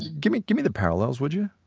give me give me the parallels, would you?